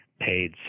paid